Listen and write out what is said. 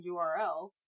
URL